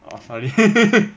oh sorry